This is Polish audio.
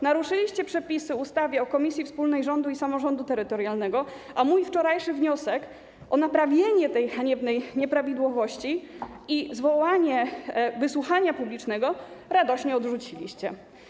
Naruszyliście przepisy o ustawie o Komisji Wspólnej Rządu i Samorządu Terytorialnego, a mój wczorajszy wniosek o naprawienie tej haniebnej nieprawidłowości i zwołanie wysłuchania publicznego radośnie odrzuciliście.